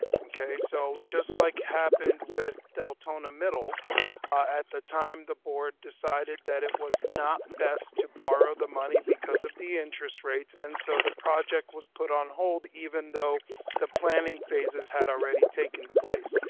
okay. so just like happened with deltona middle at the time, the board decided that it was not best to borrow the money because of the interest rates. and so the project was put on hold, even though the planning phases had already taken place,